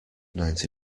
ninety